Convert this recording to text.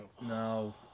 No